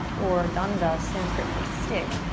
or danda, sanskrit for stick.